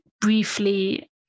briefly